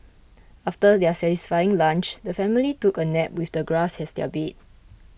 after their satisfying lunch the family took a nap with the grass as their bed